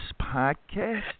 podcast